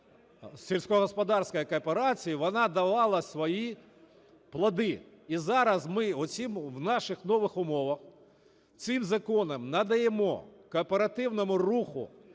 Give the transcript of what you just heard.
сільськогосподарської кооперації, вона давала свої плоди. І зараз ми оцим в наших нових умовах, цим законом надаємо кооперативному руху